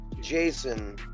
Jason